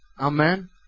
Amen